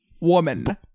woman